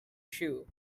shoe